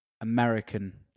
American